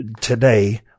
today